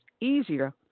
easier